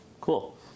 cool